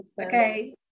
Okay